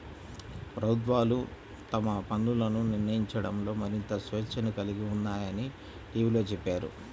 ప్రభుత్వాలు తమ పన్నులను నిర్ణయించడంలో మరింత స్వేచ్ఛను కలిగి ఉన్నాయని టీవీలో చెప్పారు